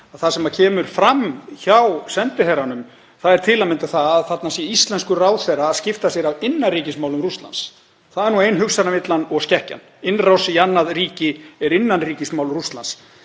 það sem kemur fram hjá sendiherranum er til að mynda að þarna sé íslenskur ráðherra að skipta sér af innanríkismálum Rússlands. Það er nú ein hugsanavillan og -skekkjan, innrás í annað ríki er innanríkismál Rússlands.